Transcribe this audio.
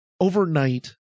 overnight